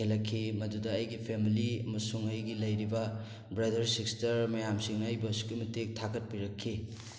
ꯃꯗꯨꯗ ꯑꯩꯒꯤ ꯐꯦꯃꯂꯤ ꯑꯃꯁꯨꯡ ꯑꯩꯒꯤ ꯂꯩꯔꯤꯕ ꯕ꯭ꯔꯗꯔ ꯁꯤꯁꯇꯔ ꯃꯌꯥꯝꯁꯤꯡꯅ ꯑꯩꯕꯨ ꯑꯁꯨꯛꯀꯤ ꯃꯇꯤꯛ ꯊꯥꯒꯠꯄꯤꯔꯛꯈꯤ